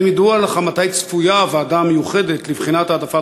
2. האם ידוע לך מתי צפויה הוועדה המיוחדת לבחינת העדפת